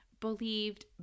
believed